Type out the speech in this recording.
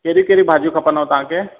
कहिड़ी कहिड़ी भाॼियूं खपनिव तव्हांखे